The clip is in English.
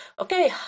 okay